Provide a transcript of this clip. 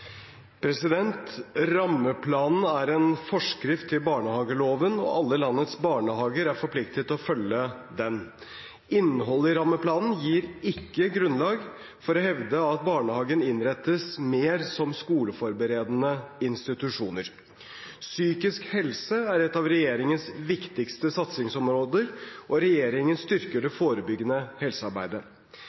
Rammeplanen er en forskrift til barnehageloven, og alle landets barnehager er forpliktet til å følge den. Innholdet i rammeplanen gir ikke grunnlag for å hevde at barnehagene innrettes mer som skoleforberedende institusjoner. Psykisk helse er et av regjeringens viktigste satsingsområder, og regjeringen styrker det forebyggende helsearbeidet.